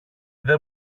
δεν